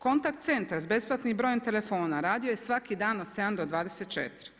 Kontakt centar s besplatnim brojem telefona, radio je svaki dan od 7-24.